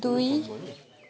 दुई